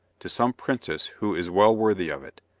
to some princess who is well worthy of it,